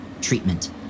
treatment